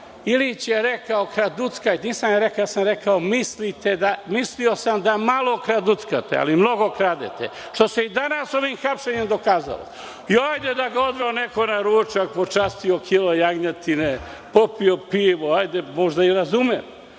Ilić je rekao kraduckaj. Nisam rekao, rekao sam mislio sam da malo kraduckate, ali mnogo kradete, što se i danas ovim hapšenjem dokazalo. Hajde da ga je neko odveo na ručak, počastio kilo jagnjetine, popio pivo, možda i da razumem,